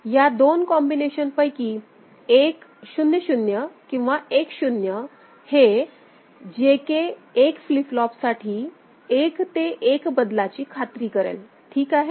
या दोन कॉम्बिनेशन पैकी एक 00 किंवा 10हे J K 1 फ्लिप फ्लॉपसाठी 1 ते 1 बदलाची खात्री करेल ठीक आहे